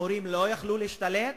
המורים לא יכלו להשתלט